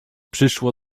przyszło